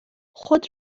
خود